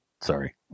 Sorry